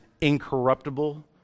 incorruptible